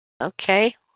Okay